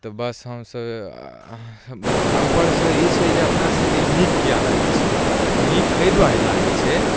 तऽ बस हमसभ आओर उपरसँ ई छै जे अपनासभके ई नीक किएक लागै छै नीक एहि दुआरे लागै छै